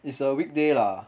it's a weekday lah